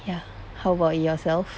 ya how about yourself